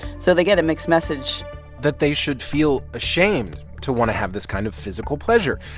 so they get a mixed message that they should feel ashamed to want to have this kind of physical pleasure,